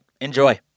Enjoy